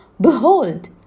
Behold